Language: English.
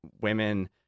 women